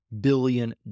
billion